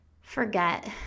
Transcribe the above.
forget